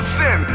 sin